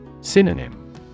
Synonym